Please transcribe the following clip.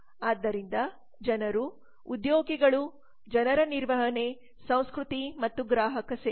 ಆದ್ದರಿಂದ ಜನರು ಉದ್ಯೋಗಿಗಳು ಜನರ ನಿರ್ವಹಣೆ ಸಂಸ್ಕೃತಿ ಮತ್ತು ಗ್ರಾಹಕ ಸೇವೆ